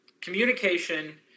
communication